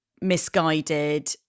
misguided